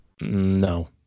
No